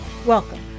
Welcome